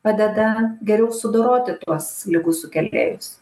padeda geriau sudoroti tuos ligų sukėlėjus